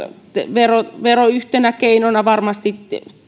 vero vero yhtenä keinona varmasti